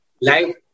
life